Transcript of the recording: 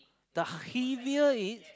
the heavier